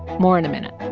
more in a minute